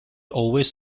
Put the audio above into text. always